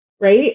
right